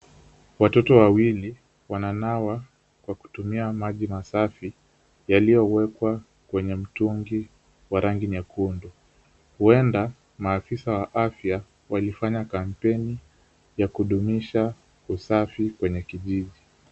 Watoto wawili wananawa kwa kutumia maji masafi yaliyowekwa kwenye mtungi wa rangi nyekundu. Huenda maafisa wa afya walifanya kampeni ya kudumisha usafi kwenye kijiji.